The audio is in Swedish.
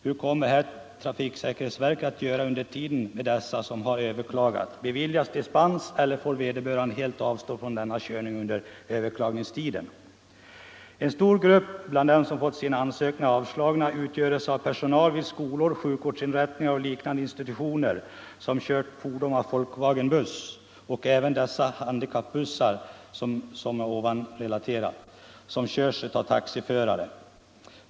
Hur kommer trafiksäkerhetsverket att göra under tiden med dessa som har överklagat? Beviljas de dispens eller får de helt avstå från denna En stor grupp bland dem som fått sina ansökningar avslagna utgörs av personal vid skolor, sjukvårdsinrättningar och liknande institutioner som kört Volkswagenbussar och även handikappbussar. Som jag redan nämnt körs handikappbussar också av taxiförare.